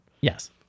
Yes